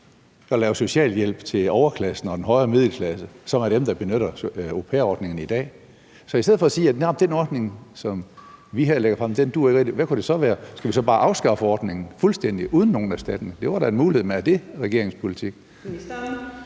at lave socialhjælp til overklassen og den højere middelklasse, som er dem, der benytter au pair-ordningen i dag. Så i stedet for at sige, at den ordning, som vi her lægger frem, ikke rigtig duer, kunne man sige, hvad det så kunne være. Skal vi så bare afskaffe ordningen fuldstændig uden nogen erstatning? Det var da en mulighed, men er det regeringens politik?